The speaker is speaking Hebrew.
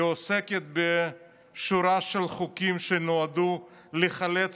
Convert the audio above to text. היא עוסקת בשורה של חוקים שנועדו לחלץ